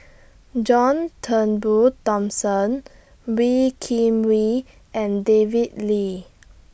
John Turnbull Thomson Wee Kim Wee and David Lee